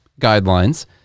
guidelines